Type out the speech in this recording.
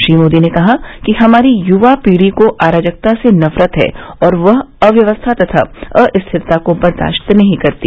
श्री मोदी ने कहा कि हमारी युवा पीढ़ी को अराजकता से नफरत है और वह अव्यवस्था तथा अस्थिरता को भी बर्दाश्त नहीं करती